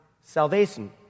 salvation